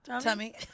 tummy